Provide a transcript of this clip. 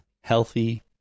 healthy